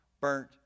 burnt